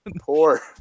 poor